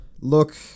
Look